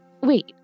Wait